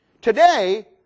Today